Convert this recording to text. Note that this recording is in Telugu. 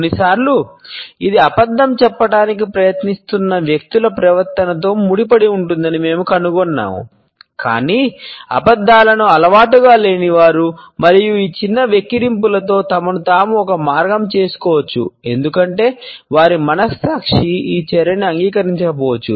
కొన్నిసార్లు ఇది అబద్ధం చెప్పడానికి ప్రయత్నిస్తున్న వ్యక్తుల ప్రవర్తనతో ముడిపడి ఉంటుందని మేము కనుగొన్నాము కాని అబద్ధాలను అలవాటుగా లేని వారు మరియు ఈ చిన్న వెక్కిరింపులతో తమను తాము ఒక మార్గం చేసుకోవచ్చు ఎందుకంటే వారి మనస్సాక్షి ఈ చర్యను అంగీకరించకపోవచ్చు